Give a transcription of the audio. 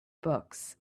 books